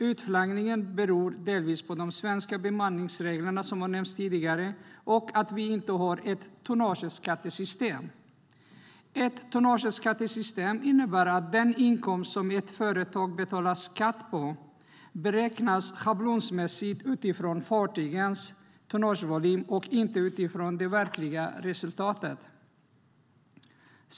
Utflaggningen beror delvis på de svenska bemanningsreglerna, som har nämnts tidigare, och på att vi inte har ett tonnageskattesystem. Ett tonnageskattesystem innebär att den inkomst som ett företag betalar skatt på beräknas schablonmässigt utifrån fartygens tonnagevolym och inte utifrån det verkliga resultatet.